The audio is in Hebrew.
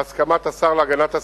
בהסכמת השר להגנת הסביבה,